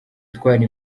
itwara